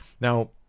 Now